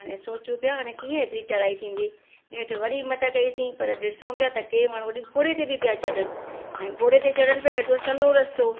हाणे सोचूं पिया हाणे कीअं एॾी चढ़ाई थींदी नेठि वरी मथां कईसीं पर ॾिसूं पिया त के माण्हू वरी घोड़े ते पिया चढ़नि हाणे घोड़े ते चढ़नि पिया एॾो सनो रस्तो